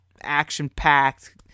action-packed